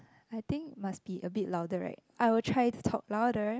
I think must be a bit louder right I will try to talk louder